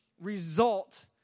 result